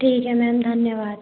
ठीक है मैम धन्यवाद